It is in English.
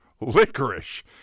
licorice